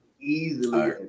Easily